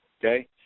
Okay